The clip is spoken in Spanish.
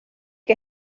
que